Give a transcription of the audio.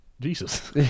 Jesus